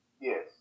Yes